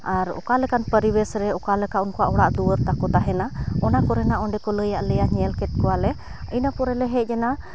ᱟᱨ ᱚᱠᱟᱞᱮᱠᱟᱱ ᱯᱟᱨᱤᱵᱮᱥᱨᱮ ᱚᱠᱟᱞᱮᱠᱟ ᱩᱱᱠᱩᱣᱟᱜ ᱚᱲᱟᱜᱼᱫᱩᱣᱟᱹᱨ ᱛᱟᱠᱚ ᱛᱟᱦᱮᱱᱟ ᱚᱱᱟ ᱠᱚᱨᱮᱱᱟᱜ ᱚᱸᱰᱮᱠᱚ ᱞᱟᱹᱭᱟᱫᱞᱮᱭᱟ ᱧᱮᱞᱠᱮᱫ ᱠᱚᱣᱟᱞᱮ ᱤᱱᱟᱹᱯᱚᱨᱮᱞᱮ ᱦᱮᱡᱮᱱᱟ